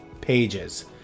pages